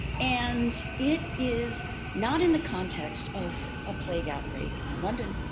and it is not in the context of a plague outbreak in london.